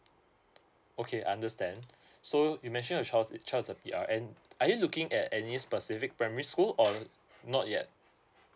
okay I understand so you mention your child's your child's a P_R and are you looking at any specific primary school or not yet